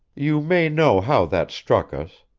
you may know how that struck us.